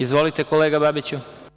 Izvolite, kolega Babiću.